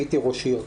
הייתי ראש עיר.